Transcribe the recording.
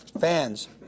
fans